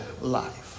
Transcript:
life